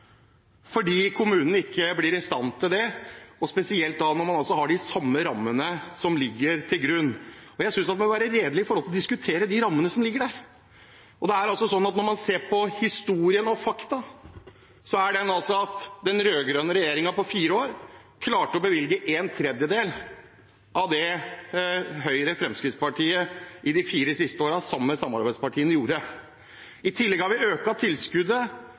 fordi kommunen ikke blir i stand til det, spesielt når det er de samme rammene ligger til grunn. Jeg synes man må være redelig når det gjelder å diskutere de rammene som ligger der. Når man ser på historien og på fakta, er det slik at den rød-grønne regjeringen klarte på fire år å bevilge en tredjedel av det Høyre og Fremskrittspartiet, sammen med samarbeidspartiene, gjorde i de fire siste årene. I tillegg har vi økt tilskuddet med cirka 15 pst., noe som gjør at kommunene har kommet enda bedre ut etter at vi